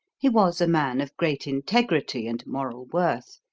he was a man of great integrity and moral worth.